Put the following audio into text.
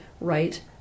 right